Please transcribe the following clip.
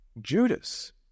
Judas